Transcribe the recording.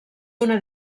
una